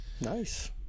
Nice